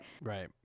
Right